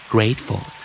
Grateful